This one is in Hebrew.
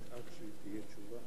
רבה.